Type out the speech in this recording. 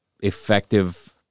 effective